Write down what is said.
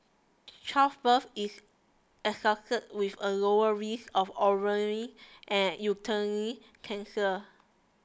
childbirth is associated with a lower risk of ovarian and uterine cancer